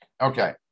Okay